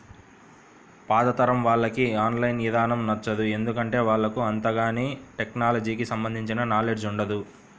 పాతతరం వాళ్లకి online ఇదానం నచ్చదు, ఎందుకంటే వాళ్లకు అంతగాని టెక్నలజీకి సంబంధించిన నాలెడ్జ్ ఉండదు